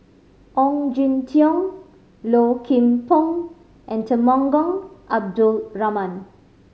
Ong Jin Teong Low Kim Pong and Temenggong Abdul Rahman